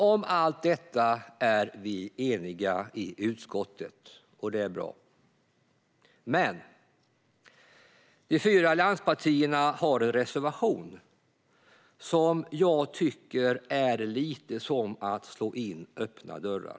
Om allt detta är vi eniga i utskottet. Och det är bra. Men de fyra allianspartierna har en reservation som jag tycker är lite att slå in öppna dörrar.